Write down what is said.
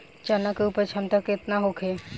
चना के उपज क्षमता केतना होखे?